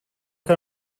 que